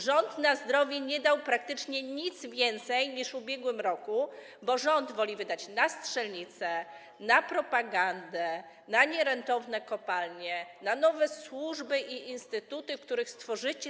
Rząd na zdrowie nie dał praktycznie nic więcej niż w ubiegłym roku, bo rząd woli wydać na strzelnice, na propagandę, na nierentowne kopalnie, na nowe służby i instytuty, w których co sobie stworzycie?